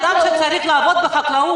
האדם שצריך לעבוד בחקלאות,